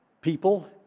people